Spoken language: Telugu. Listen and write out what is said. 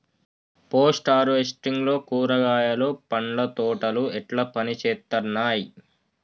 పోస్ట్ హార్వెస్టింగ్ లో కూరగాయలు పండ్ల తోటలు ఎట్లా పనిచేత్తనయ్?